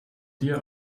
dir